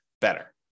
better